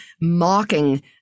mocking